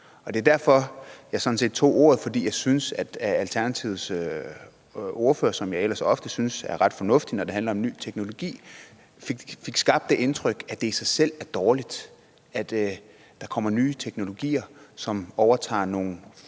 sådan set derfor, at jeg tog ordet, for jeg synes, at Alternativets ordfører, som jeg ellers ofte synes er ret fornuftig, når det handler om ny teknologi, fik skabt det indtryk, at det i sig selv er dårligt, at der kommer nye teknologier, som overtager nogle funktioner,